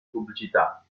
pubblicità